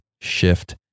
shift